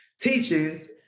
teachings